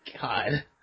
God